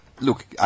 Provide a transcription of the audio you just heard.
look